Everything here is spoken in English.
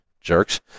jerks